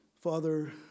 Father